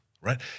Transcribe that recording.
right